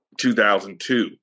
2002